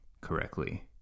Correctly